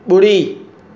ॿुड़ी